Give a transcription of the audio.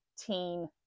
teen